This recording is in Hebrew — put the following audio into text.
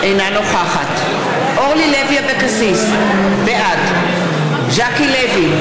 אינה נוכחת אורלי לוי אבקסיס, בעד ז'קי לוי,